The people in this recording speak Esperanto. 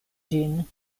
ĝin